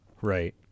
Right